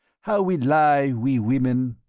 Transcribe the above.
how we lie, we women!